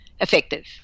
effective